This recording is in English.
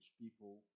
people